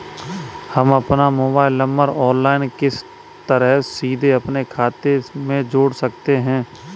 हम अपना mobile number online किस तरह सीधे अपने खाते में जोड़ सकते हैं?